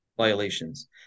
violations